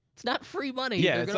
it's not free money. yeah,